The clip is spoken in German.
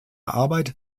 arbeit